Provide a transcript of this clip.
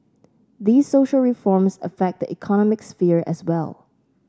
these social reforms affect the economic sphere as well